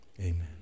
amen